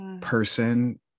person